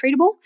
treatable